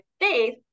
faith